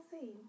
see